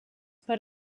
per